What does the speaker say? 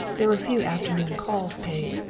there were fewer afternoon calls paid.